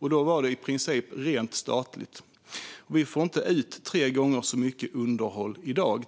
Då var det i princip helt statligt. Vi får inte ut tre gånger så mycket underhåll i dag.